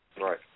Right